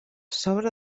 sobre